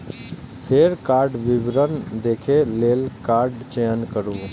फेर कार्डक विवरण देखै लेल कार्डक चयन करू